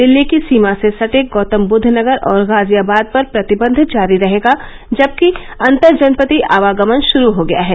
दिल्ली की सीमा से सटे गौतमबुद्व नगर और गाजियाबाद पर प्रतिबंध जारी रहेगा जबकि अन्तर जनपदीय आवागमन शुरू हो गया है